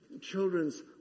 children's